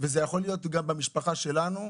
וזה יכול להיות גם במשפחה שלנו.